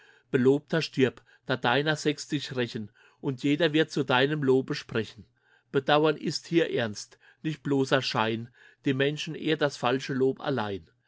belobter stirb da deiner sechs dich rächen und jeder wird zu deinem lobe sprechen bedauern ist hier ernst nicht bloßer schein die menschen ehrt das falsche lob allein